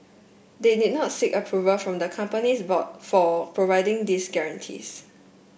they did not seek approval from the company's board for providing these guarantees